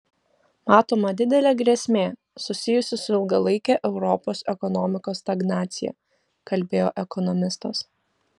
matoma didelė grėsmė susijusi su ilgalaike europos ekonomikos stagnacija kalbėjo ekonomistas